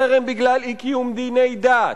חרם בגלל אי-קיום דיני דת,